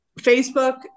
Facebook